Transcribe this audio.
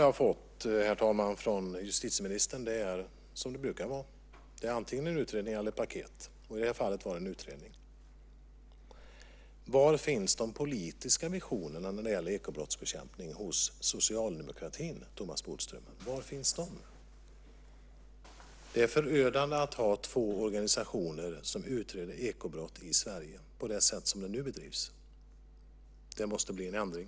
Det svar som jag har fått från justitieministern är som det brukar vara. Det är antingen en utredning eller ett paket. I det här fallet var det en utredning. Var finns de politiska visionerna hos socialdemokratin när det gäller ekobrottsbekämpning, Thomas Bodström? Det är förödande att ha två organisationer som utreder ekobrott i Sverige på det sätt som det nu bedrivs. Det måste bli en ändring.